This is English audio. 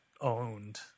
owned